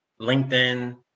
LinkedIn